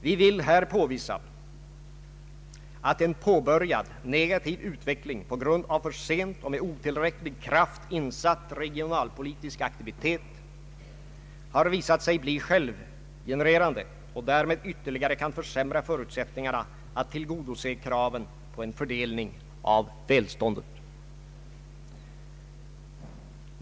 Vi vill här påvisa att en påbörjad negativ utveckling på grund av för sent och med otillräcklig kraft insatt regionalpolitisk aktivitet har visat sig bli självgenererande och därmed ytterligare kan försämra förutsättningarna att tillgodose kraven på fördelning av välståndet.